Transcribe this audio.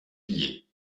pillée